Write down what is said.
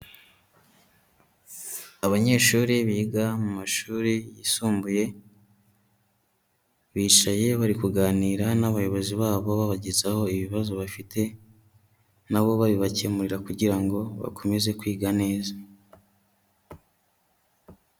Abanyeshuri biga mu mashuri yisumbuye, bicaye bari kuganira n'abayobozi babo babagezaho ibibazo bafite na bo babibakemurira kugira ngo bakomeze kwiga neza.